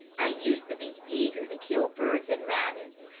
i used to be eager to kill birds and rabbits,